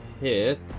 hit